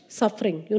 suffering